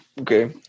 Okay